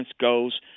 goes